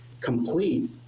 complete